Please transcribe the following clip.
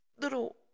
little